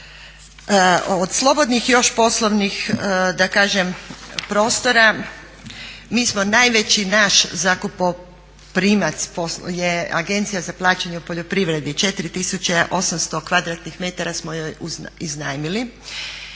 Od slobodnih još poslovnih da kažem prostora mi smo najveći naš zakupoprimac je Agencija za plaćanje u poljoprivredi, 4800 kvadratnih metara smo joj iznajmili